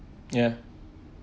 ya